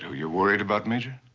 you're worried about, major?